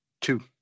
Two